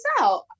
out